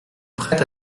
prête